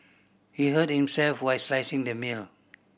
he hurt himself while slicing the meal